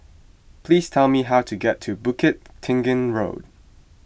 please tell me how to get to Bukit Tinggi Road